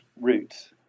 roots